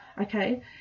okay